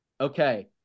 Okay